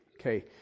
okay